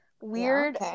Weird